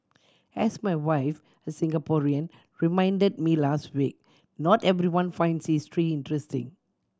as my wife a Singaporean reminded me last week not everyone finds history interesting